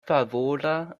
favora